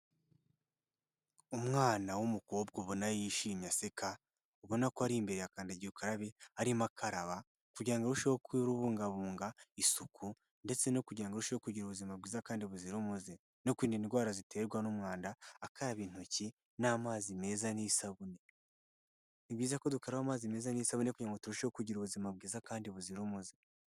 Umwana w'umukobwa ubona yishimye aseka, ubona ko ari imbere ya kandagira ukarabe arimo akaraba kugira ngo arusheho kubungabunga isuku ndetse no kugira ngo arusheho kugira ubuzima bwiza kandi buzira umuze no kwirinda indwara ziterwa n'umwanda akaraba intoki n'amazi meza n'isabune. Ni byiza ko dukaraba amazi meza n'isabune kugira ngo turusheho kugira ubuzima bwiza kandi buzira umuze.